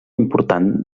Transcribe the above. important